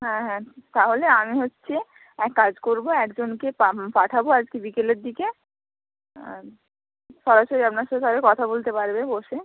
হ্যাঁ হ্যাঁ তাহলে আমি হচ্চে এক কাজ করবো একজনকে পাঠাবো আজকে বিকেলের দিকে আর সরাসরি আপনার সাথে আগে কথা বলতে পারবে বসে